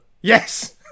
Yes